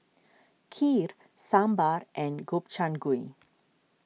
Kheer Sambar and Gobchang Gui